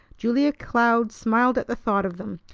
julia cloud smiled at the thought of them,